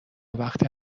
وقتی